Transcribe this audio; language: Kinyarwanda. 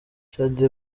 shaddy